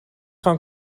gaan